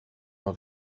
mal